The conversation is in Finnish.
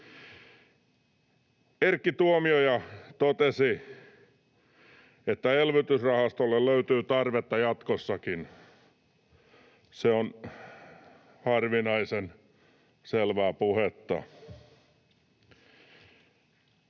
Erkki Tuomioja totesi, että elvytysrahastolle löytyy tarvetta jatkossakin. Se on harvinaisen selvää puhetta.